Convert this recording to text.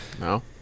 No